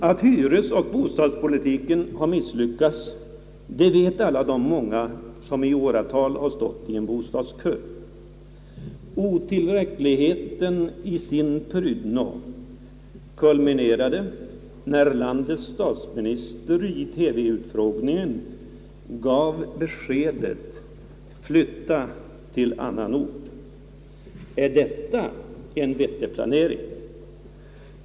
Att hyresoch bostadspolitiken har misslyckats vet alla de många som i åratal har stått i bostadskö. Otillräckligheten i sin prydno kulminerade, när landets statsminister i TV-utfrågningen gav beskedet: Flytta till annan ort. Är detta en vettig planering?